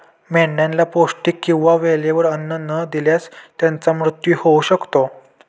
मेंढ्यांना पौष्टिक किंवा वेळेवर अन्न न दिल्यास त्यांचा मृत्यू होऊ शकतो